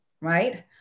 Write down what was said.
right